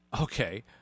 Okay